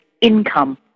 income